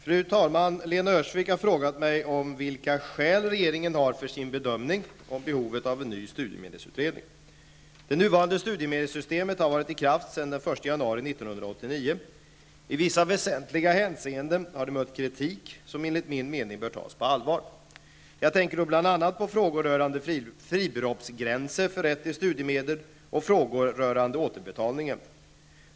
Fru talman! Lena Öhrsvik har frågat mig om vilka skäl regeringen har för sin bedömning om behovet av en ny studiemedelsutredning. Det nuvarande studiemedelssystemet har varit i kraft sedan den 1 januari 1989. I vissa väsentliga hänseenden har det mött kritik som enligt min mening bör tas på allvar. Jag tänker då bl.a. på frågor rörande fribeloppsgränser för rätt till studiemedel och frågor rörande återbetalningen.